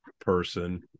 person